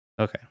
Okay